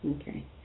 Okay